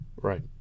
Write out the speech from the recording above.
Right